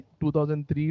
2003